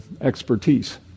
expertise